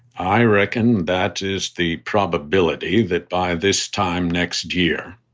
i reckon that is the probability that by this time next year,